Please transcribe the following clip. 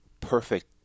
perfect